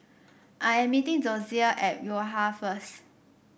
I am meeting Dozier at Yo Ha first